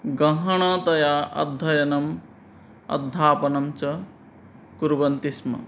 गहनतया अध्ययनम् अध्यापनं च कुर्वन्ति स्म